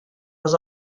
was